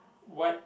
what